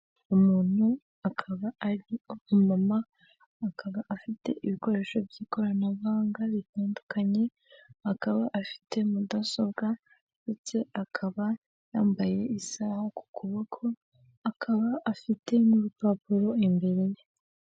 Umuntu akaba ari mama akaba afite ibikoresho by'ikoranabuhanga bitandukanye, akaba afite mudasobwa ndetse akaba yambaye isaha ku kuboko, akaba afite n'urupapuro imbere ye.